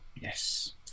Yes